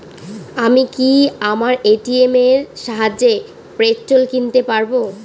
আমি কি আমার এ.টি.এম এর সাহায্যে পেট্রোল কিনতে পারব?